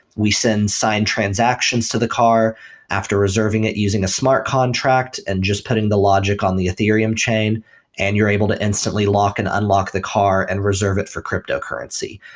we send signed transactions to the car after reserving it using a smart contract and just putting the logic on the ethereum chain and you're able to instantly lock and unlock the car and reserve it for cryptocurrency.